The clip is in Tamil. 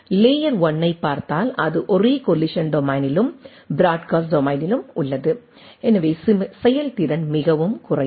லேயர் 1 ஐப் பார்த்தால் அது ஒரே கொல்லிசன் டொமைனிலும் பிராட்காஸ்ட் டொமைனிலும் உள்ளது எனவே செயல்திறன் மிகவும் குறைவு